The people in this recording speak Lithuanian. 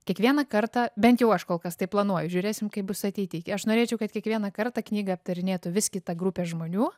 kiekvieną kartą bent jau aš kol kas taip planuoju žiūrėsim kaip bus ateity aš norėčiau kad kiekvieną kartą knygą aptarinėtų vis kita grupė žmonių